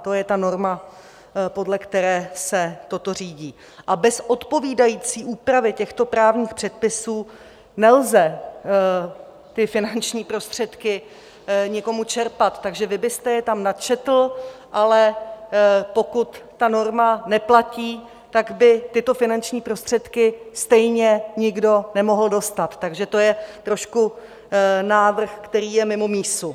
To je ta norma, podle které se toto řídí, a bez odpovídající úpravy těchto právních předpisů nelze ty finanční prostředky nikomu čerpat, takže vy byste je tam načetl, ale pokud ta norma neplatí, tak by tyto finanční prostředky stejně nikdo nemohl dostat, takže to je trošku návrh, který je mimo mísu.